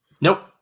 Nope